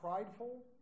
prideful